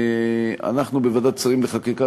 אנחנו בוועדת שרים לחקיקה,